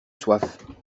soif